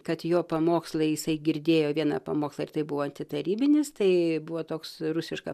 kad jo pamokslai jisai girdėjo vieną pamokslą ir tai buvo antitarybinis tai buvo toks rusiška